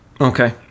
okay